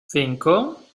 cinco